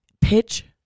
pitch